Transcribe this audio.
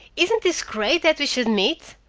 isn't this great that we should meet?